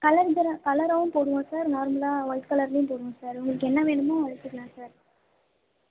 colour xerox கலராகவும் போடுவோம் sir நார்மலாக ஒய்ட் கலர்லேயும் போடுவோம் சார் உங்களுக்கு என்ன வேணுமோ எடுத்துக்கலாம் சார்